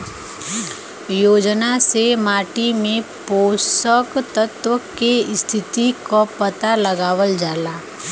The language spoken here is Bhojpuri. योजना से माटी में पोषक तत्व के स्थिति क पता लगावल जाला